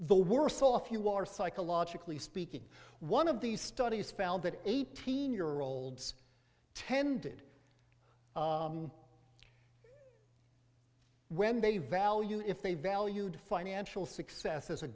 the worse off you are psychologically speaking one of these studies found that eighteen year olds tended when they value if they valued financial success as a